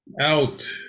Out